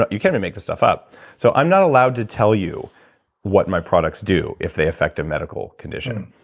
but you can't make this stuff up so i'm not allowed to tell you what my products do, if they affect a medical condition.